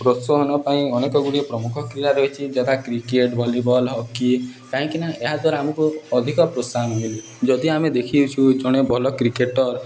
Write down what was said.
ପ୍ରୋତ୍ସାହନ ପାଇଁ ଅନେକଗୁଡ଼ିଏ ପ୍ରମୁଖ କ୍ରୀଡ଼ା ରହିଛି ଯଥା କ୍ରିକେଟ୍ ଭଲିବଲ ହକି କାହିଁକିନା ଏହାଦ୍ଵାରା ଆମକୁ ଅଧିକ ପ୍ରୋତ୍ସାହନ ମିଳେ ଯଦି ଆମେ ଦେଖିଛୁ ଜଣେ ଭଲ କ୍ରିକେଟର୍